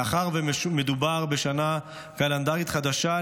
מאחר שמדובר בשנה קלנדרית חדשה,